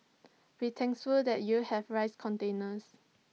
be thankful that you have rice containers